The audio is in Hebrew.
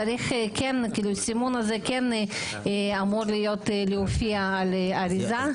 הסימון הזה כן אמור להופיע על האריזה,